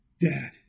Dad